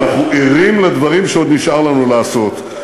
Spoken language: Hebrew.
ואנחנו ערים לדברים שעוד נשאר לנו לעשות.